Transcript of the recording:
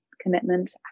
commitment